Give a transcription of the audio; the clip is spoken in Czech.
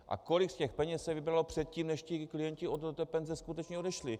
A kolik z těch peněz se vybralo předtím, než klienti do penze skutečně odešli?